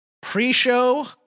pre-show